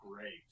great